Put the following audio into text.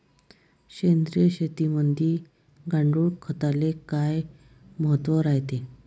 सेंद्रिय शेतीमंदी गांडूळखताले काय महत्त्व रायते?